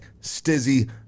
Stizzy